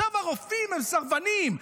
עכשיו הרופאים הם סרבנים,